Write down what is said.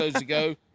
ago